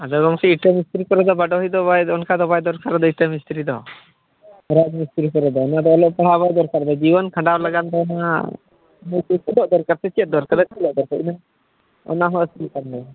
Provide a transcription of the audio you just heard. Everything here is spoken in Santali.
ᱟᱫᱚ ᱜᱚᱢᱠᱮ ᱤᱴᱟᱹ ᱢᱤᱥᱛᱨᱤ ᱠᱚᱨᱮ ᱫᱚ ᱵᱟᱰᱳᱦᱤ ᱫᱚ ᱵᱟᱭ ᱫᱚ ᱚᱱᱠᱟ ᱫᱚ ᱵᱟᱭ ᱫᱚᱨᱠᱟᱨᱚᱜᱼᱟ ᱤᱴᱟᱹ ᱢᱤᱥᱛᱨᱤ ᱫᱚ ᱨᱟᱡᱽ ᱢᱤᱥᱛᱨᱤ ᱠᱚᱨᱮ ᱫᱚ ᱚᱱᱟ ᱫᱚ ᱚᱞᱚᱜ ᱯᱟᱲᱦᱟᱜ ᱵᱟᱭ ᱫᱚᱨᱠᱟᱨ ᱫᱚ ᱡᱤᱭᱚᱱ ᱠᱷᱟᱱᱰᱟᱣ ᱞᱟᱹᱜᱤᱫ ᱱᱚᱣᱟ ᱪᱮᱫᱚᱜ ᱫᱨᱠᱟᱨ ᱥᱮᱪᱮᱫ ᱫᱚᱨᱠᱟᱨ ᱚᱱᱟ ᱦᱚᱸ ᱟᱨ